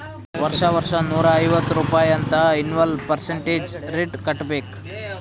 ವರ್ಷಾ ವರ್ಷಾ ನೂರಾ ಐವತ್ತ್ ರುಪಾಯಿ ಅಂತ್ ಎನ್ವಲ್ ಪರ್ಸಂಟೇಜ್ ರೇಟ್ ಕಟ್ಟಬೇಕ್